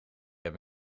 heb